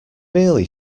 merely